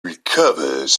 recovers